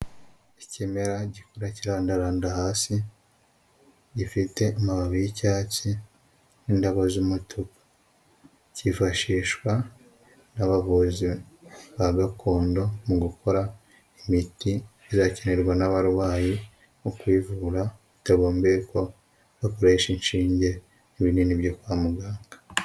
Ikimera gikura kirandaranda hasi, gifite amababi y'icyatsi n'indabo z'umutuku. Kifashishwa n'abavuzi ba gakondo mu gukora imiti izakenerwa n'abarwayi, mu kwivura bitagombeye ko bakoresha inshinge n'ibinini byo kwa muganga.